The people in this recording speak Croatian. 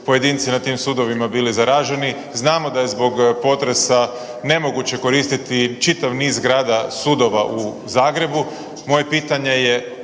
pojedinci na tim sudovima bili zaraženi, znamo da je zbog potresa nemoguće koristiti čitav niz zgrada sudova u Zagrebu. Moje pitanje je